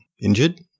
injured